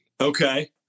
okay